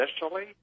initially